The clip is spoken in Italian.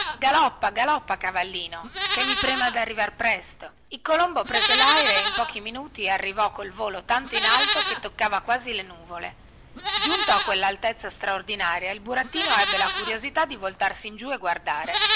galoppa galoppa cavallino ché mi preme di arrivar presto il colombo prese laire e in pochi minuti arrivò col volo tanto in alto che toccava quasi le nuvole giunto a quellaltezza straordinaria il burattino ebbe la curiosità di voltarsi in giù a guardare